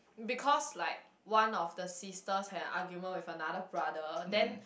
because like one of the sisters had an argument with another brother then